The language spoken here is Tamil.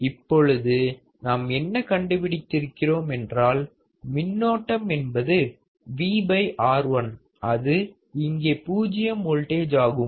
இப்பொழுது நாம் என்ன கண்டுபிடித்து இருக்கிறோம் என்றால் மின்னோட்டம் என்பது V R1 அது இங்கே 0 வோல்டேஜ் ஆகும்